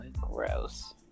Gross